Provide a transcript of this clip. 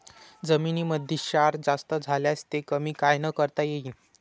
जमीनीमंदी क्षार जास्त झाल्यास ते कमी कायनं करता येईन?